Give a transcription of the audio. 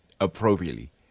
appropriately